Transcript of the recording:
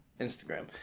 Instagram